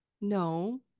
No